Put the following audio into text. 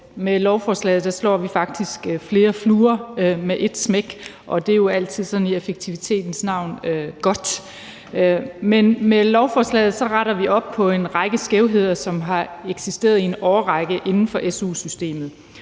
Med lovforslaget slår vi faktisk flere fluer med ét smæk, og det er jo altid sådan i effektivitetens navn godt. Med lovforslaget retter vi op på en række skævheder, som har eksisteret i en årrække inden for su-systemet,